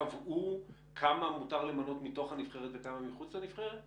קבעו כמה מותר למנות מתוך הנבחרת וכמה מחוץ לנבחרת?